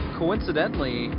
coincidentally